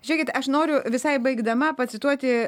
žėkit aš noriu visai baigdama pacituoti